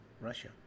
Russia